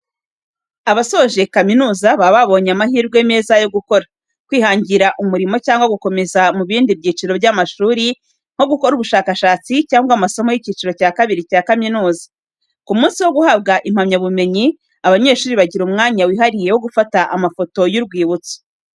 Abasoje kaminuza baba babonye amahirwe meza yo gukora, kwihangira umurimo cyangwa gukomeza mu bindi byiciro by'amashuri, nko gukora ubushakashatsi cyangwa amasomo y'icyiciro cya kabiri cya kaminuza. Ku munsi wo guhabwa impamyabumenyi abanyeshuri bagira umwanya wihariye wo gufata amafoto y'urwibutso.